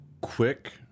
quick